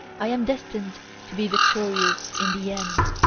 i am destined to be victorious in the end.